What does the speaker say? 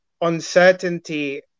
uncertainty